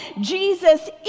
Jesus